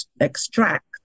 extract